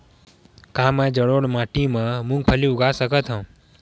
का मैं जलोढ़ माटी म मूंगफली उगा सकत हंव?